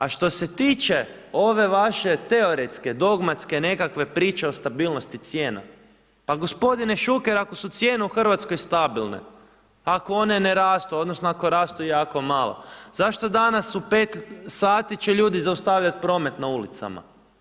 A što se tiče ove vaše teoretske, dogmatske nekakve priče o stabilnosti cijena, pa godine Šuker ako su cijene u Hrvatskoj stabilne, ako one ne rastu, odnosno ako rastu jako malo zašto danas u 5 sati će ljudi zaustavljati promet na ulicama?